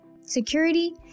security